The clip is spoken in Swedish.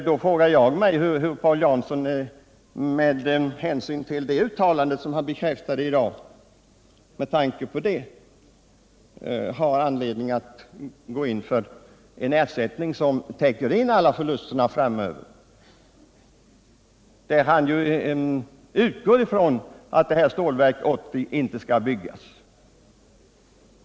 Då vill jag fråga Paul Jansson med tanke på det uttalandet, som han alltså bekräftade i dag: Tycker man från socialdemokraternas sida att det finns anledning att gå in för en ersättning som täcker in alla förluster framöver, när man nu utgår från att Stålverk 80 inte skall byggas?